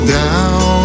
down